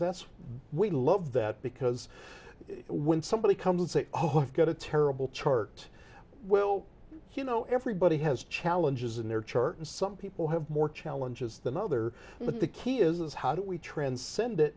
that's we love that because when somebody comes and say oh i've got a terrible chart well you know everybody has challenges in their church and some people have more challenges than other but the key is how do we transcend